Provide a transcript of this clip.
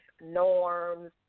norms